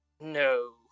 No